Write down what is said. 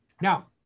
Now